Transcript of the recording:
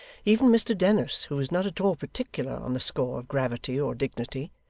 even mr dennis, who was not at all particular on the score of gravity or dignity,